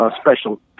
special